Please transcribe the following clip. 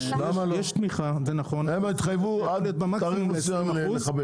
למה לא, הם התחייבו עד תאריך מסוים.